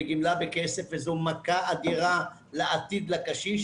בגמלה בכסף וזו מכה אדירה לעתיד לקשיש.